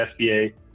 SBA